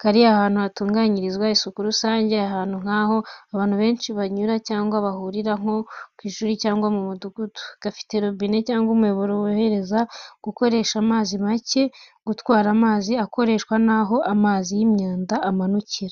kari ahantu hatunganyirizwa isuku rusange, ahantu nk’aho abantu benshi banyura cyangwa bahurira, nko ku ishuri cyangwa mu mudugudu. Gafite robine cyangwa umuyoboro worohereza gukoresha amazi make neza, gatwara amazi akoreshwa naho amazi y’imyanda amanukira.